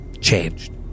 changed